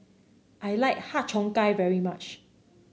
I like Har Cheong Gai very much